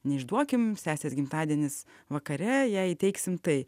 neišduokim sesės gimtadienis vakare jai įteiksim tai